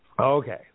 Okay